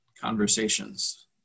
conversations